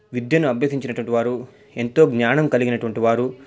విద్యను అభ్యసించినటువంటి వారు ఎంతో జ్ఞానము కలిగినటువంటి వారు